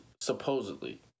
Supposedly